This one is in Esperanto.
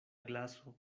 glaso